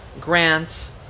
Grant